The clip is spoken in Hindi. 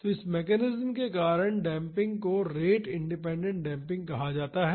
तो इस मैकेनिज्म के कारण डेम्पिंग को रेट इंडिपेंडेंट डेम्पिंग कहा जाता है